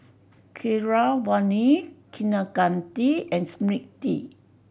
Keeravani Kaneganti and Smriti